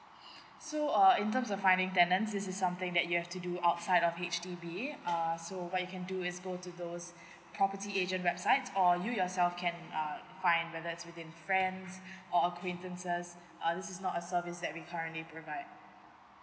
so err in terms of finding tenant this is something that you have to do outside of H_D_B uh so what you can do is go to those property agent website or you yourself can err find whether it's within friends or acquaintances uh this is not a service that we currently provide